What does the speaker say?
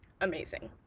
amazing